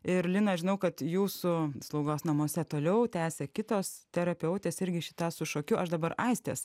ir lina žinau kad jūsų slaugos namuose toliau tęsia kitos terapeutės irgi šitą su šokiu aš dabar aistės